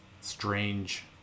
strange